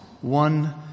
one